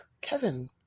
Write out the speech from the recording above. Kevin